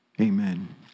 amen